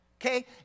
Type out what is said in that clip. Okay